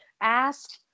ask